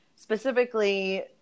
Specifically